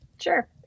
Sure